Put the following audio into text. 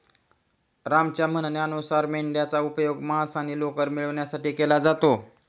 रामच्या म्हणण्यानुसार मेंढयांचा उपयोग मांस आणि लोकर मिळवण्यासाठी केला जातो